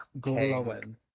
glowing